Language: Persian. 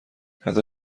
حتی